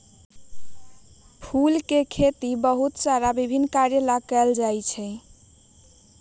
फूलवन के खेती बहुत सारा विभिन्न कार्यों ला कइल जा हई